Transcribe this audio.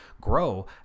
grow